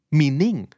meaning